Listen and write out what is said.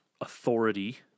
authority